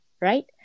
right